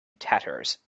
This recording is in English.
tatters